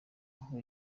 aho